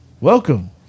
Welcome